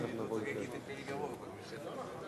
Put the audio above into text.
כהצעת הוועדה ועם ההסתייגות שנתקבלה,